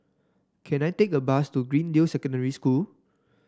can I take a bus to Greendale Secondary School